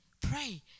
Pray